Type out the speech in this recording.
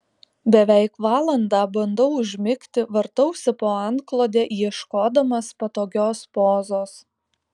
beveik valandą bandau užmigti vartausi po antklode ieškodamas patogios pozos